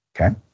okay